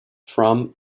from